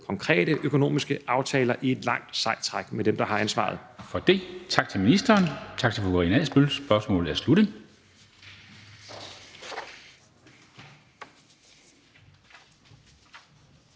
konkrete økonomiske aftaler i et langt, sejt træk med dem, der har ansvaret.